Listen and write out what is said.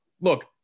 look